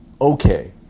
Okay